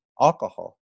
alcohol